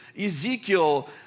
Ezekiel